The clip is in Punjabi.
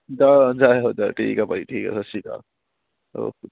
ਜਾਇਓ ਜਾਇਓ ਜਾਇਓ ਠੀਕ ਆ ਬਾਈ ਠੀਕ ਆ ਸਤਿ ਸ਼੍ਰੀ ਅਕਾਲ ਓਕੇ